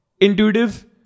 intuitive